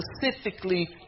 specifically